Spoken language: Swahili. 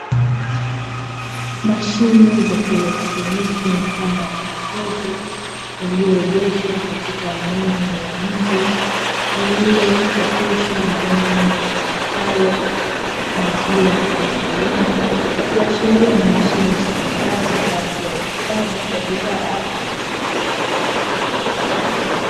Mashine za kielektroniki mfano wa Majokofu, yaliyoegeshwa katika eneo la nje, lililo chapishwa maneno yasomekayo "Maziwa ATM", ikiashiria ni mashine zitumikazo kwa ajili ya uuzaji wa bidhaa za Maziwa.